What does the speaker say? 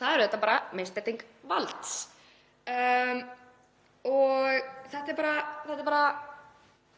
Það er auðvitað bara misbeiting valds. Þetta veldur